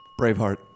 Braveheart